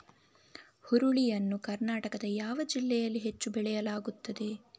ಹುರುಳಿ ಯನ್ನು ಕರ್ನಾಟಕದ ಯಾವ ಜಿಲ್ಲೆಯಲ್ಲಿ ಹೆಚ್ಚು ಬೆಳೆಯಲಾಗುತ್ತದೆ?